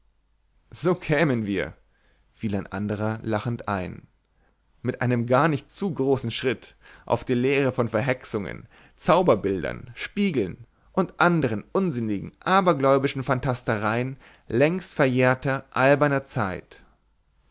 so kämen wir fiel ein anderer lachend ein mit einem gar nicht zu großen schritt auf die lehre von verhexungen zauberbildern spiegeln und andern unsinnigen abergläubischen fantastereien längst verjährter alberner zeit